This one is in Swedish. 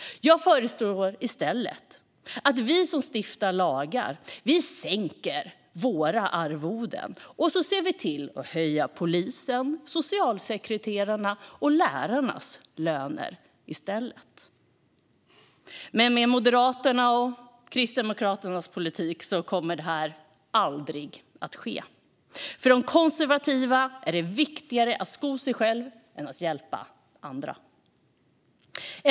Jag föreslår att vi som stiftar lagar sänker våra arvoden och i stället höjer polisernas, socialsekreterarnas och lärarnas löner. Men med Moderaternas och Kristdemokraternas politik kommer det aldrig att ske. För de konservativa är det viktigare att sko sig själv än att hjälpa andra.